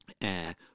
air